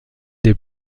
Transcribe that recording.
des